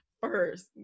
first